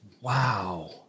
Wow